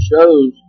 shows